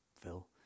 Phil